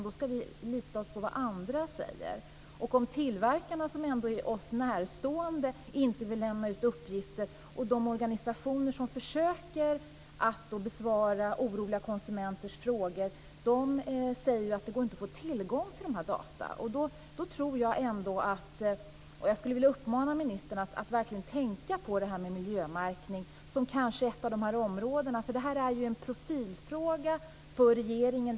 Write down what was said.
Vi ska förlita oss på vad andra säger. Tillverkarna, som ändå är oss närstående, vill inte lämna ut uppgifter. De organisationer som försöker besvara oroliga konsumenters frågor säger att det inte går att få tillgång till dessa data. Jag skulle vilja uppmana ministern att verkligen tänka på miljömärkning. Det är kanske ett av dessa områden. Det är ju en profilfråga för regeringen.